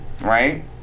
right